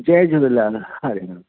Jay Jhulelal Hare Ram